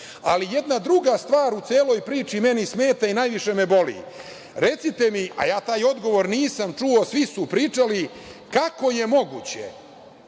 jedna druga stvar u celoj priči meni smeta i najviše me boli. Recite mi, a ja taj odgovor nisam čuo, svi su pričali – kako je moguće